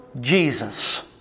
Jesus